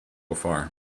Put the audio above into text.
far